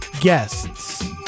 guests